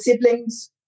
siblings